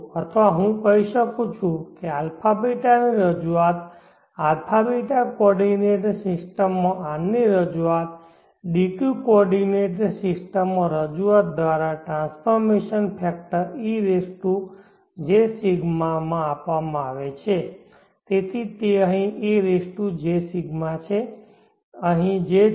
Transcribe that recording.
અથવા હું કહી શકું છું કે α β નું રજૂઆત α β કોઓર્ડિનેટ સિસ્ટમ માં R નું રજૂઆત d q કોઓર્ડિનેંટ સિસ્ટમમાં રજૂઆત દ્વારા ટ્રાન્સફોર્મેશન ફેક્ટર ejρ માં આપવામાં આવે છે તેથી તે અહીં ejρ છે અહીં જે છે